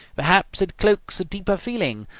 perhaps it cloaks a deeper feeling.